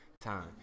time